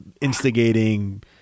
instigating